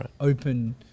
open